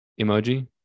emoji